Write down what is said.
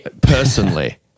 personally